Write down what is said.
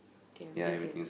kay everything same